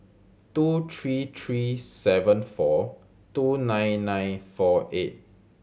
two three three seven four two nine nine four eight